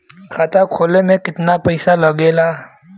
खाता खोले में कितना पईसा लगेला?